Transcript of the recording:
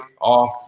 off